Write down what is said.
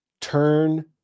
turn